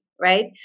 right